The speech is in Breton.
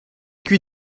kuit